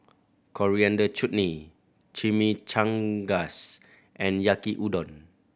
Coriander Chutney Chimichangas and Yaki Udon